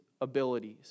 abilities